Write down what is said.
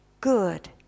good